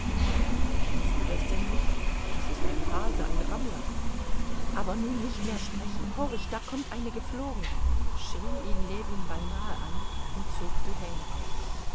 kennst du denn das nicht das ist ein hase ein rammler aber nun nicht mehr sprechen horch da kommt eine geflogen schrie ihn ljewin beinahe an und zog die hähne auf